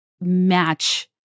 match